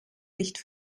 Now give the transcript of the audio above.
nicht